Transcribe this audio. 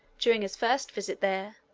during his first visit there,